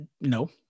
No